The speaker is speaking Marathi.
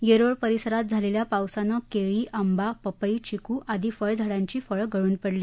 यर्फि परिसरात झालच्चा पावसानं कळी आंबा पपई चिकू आदी फळझाडांची फळं गळून पडली